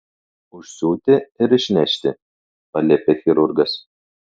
užsiūti ir išnešti paliepė chirurgas